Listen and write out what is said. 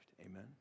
Amen